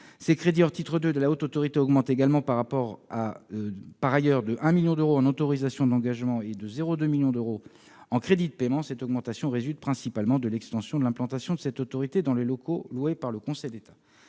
Les crédits hors titre 2 de la HATVP augmentent, par ailleurs, de 1 million d'euros en autorisations d'engagement et de 0,2 million d'euros en crédits de paiement. Cette augmentation résulte principalement de l'extension de l'implantation de cette autorité dans les locaux loués par le Conseil d'État.